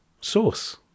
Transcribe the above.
Source